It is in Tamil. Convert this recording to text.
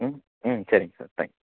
ம் ம் சரிங்க சார் தேங்க்